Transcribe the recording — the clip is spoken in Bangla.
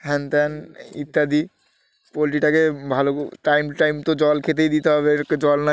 হ্যান ত্যান ইত্যাদি পোলট্রিটাকে ভালো টাইম টাইম তো জল খেতেই দিতে হবে এর জল না